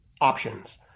options